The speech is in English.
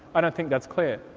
i don't think that's clear.